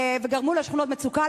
וגרמו לשכונות מצוקה,